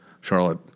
Charlotte